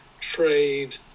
trade